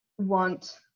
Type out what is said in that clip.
want